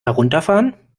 herunterfahren